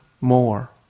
more